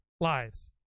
lives